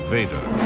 Vader